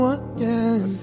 again